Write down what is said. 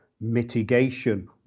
Mitigation